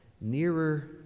nearer